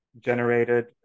generated